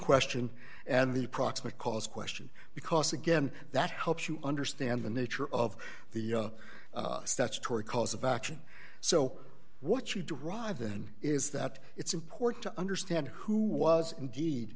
question and the proximate cause question because again that helps you understand the nature of the statutory cause of action so what you drive in is that it's important to understand who was indeed